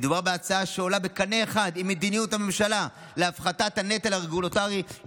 מדובר בהצעה שעולה בקנה אחד עם מדיניות הממשלה להפחתת הנטל הרגולטורי,